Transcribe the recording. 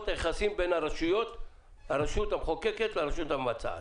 היחסים בין הרשות המחוקקת לרשות המבצעת.